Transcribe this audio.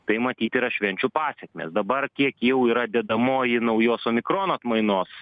tai matyt yra švenčių pasekmės dabar kiek jau yra dedamoji naujos omikron atmainos